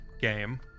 game